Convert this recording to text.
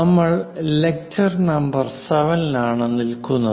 നമ്മൾ lecture number 7 ലാണ് നില്കുന്നത്